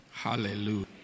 Hallelujah